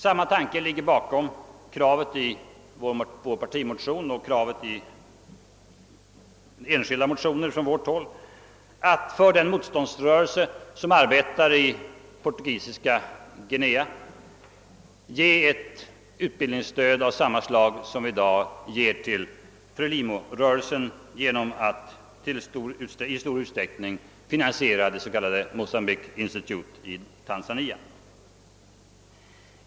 Samma tanke ligger bakom kravet i vår partimotion och i enskilda motioner från vårt håll att åt den motståndsrörelse som arbetar i Portugisiska Guinea lämna ett stöd av samma slag som Sverige i dag ger FRELIMO genom att ge pengar till det s.k. Mocambique Institute.